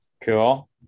Cool